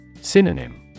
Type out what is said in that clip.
Synonym